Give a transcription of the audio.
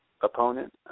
opponent